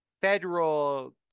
federal